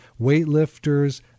weightlifters